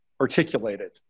articulated